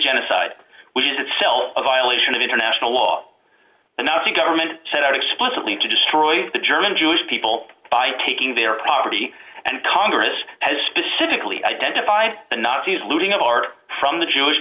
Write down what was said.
genocide which is itself a violation of international law and nazi government set out explicitly to destroy the german jewish people by taking their property and congress as specifically identified the nazis looting of art from the jewish